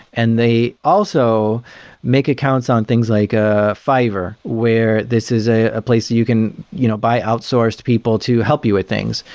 and they also make accounts on things like ah fiverr, where this is a place you you can you know buy outsourced people to help you with things.